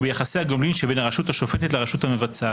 וביחסי הגומלין בין הרשות השופטת לרשות המבצעת.